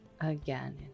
Again